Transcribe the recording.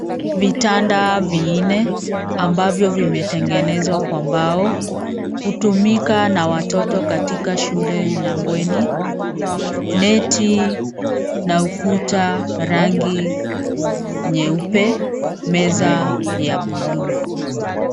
Vitanda vinne ambavyo vimetengenezwa kwa mbao. Hutumika na watoto katika shule la bweni, neti na ukuta rangi nyeupe, meza ya buluu.